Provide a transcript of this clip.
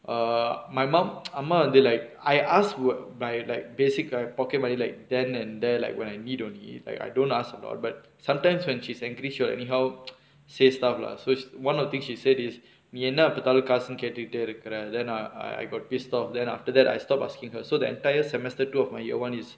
err my mom அம்மா வந்து:amma vanthu like I ask what by like basic err pocket money like then and there when I need only like I don't ask about but sometimes when she's angry she will anyhow say stuff lah so one of the thing she said is நீ என்ன எப்ப பாத்தாலும் காசுன்னு கேட்டுட்டே இருக்குற:nee enna eppa paathalum kaasunnu kettutae irukkura then ah I I got pissed off then after that I stopped asking her so the entire semester two of my year one is